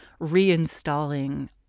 reinstalling